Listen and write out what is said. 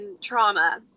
trauma